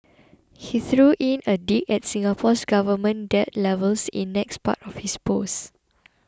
he threw in a dig at Singapore's government debt levels in next part of his post